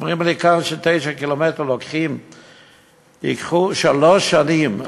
ואומרים לי שקו של 9 קילומטר ייקח שלוש שנים,